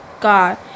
god